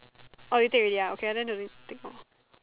orh you take already ah okay ah then no need take lor